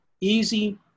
easy